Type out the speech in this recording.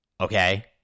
okay